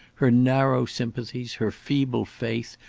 her narrow sympathies, her feeble faith,